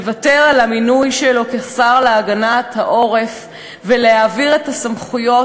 לוותר על המינוי שלו כשר להגנת העורף ולהעביר את הסמכויות,